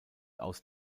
aus